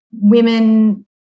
women